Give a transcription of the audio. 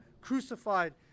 crucified